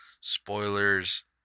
spoilers